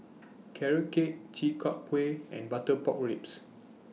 Carrot Cake Chi Kak Kuih and Butter Pork Ribs